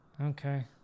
Okay